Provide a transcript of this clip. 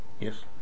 Yes